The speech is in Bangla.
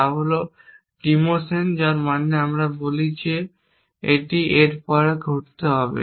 তা হল ডিমোশন যার মানে আমরা বলি এটি এর পরে ঘটতে হবে